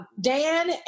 Dan